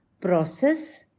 process